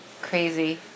Crazy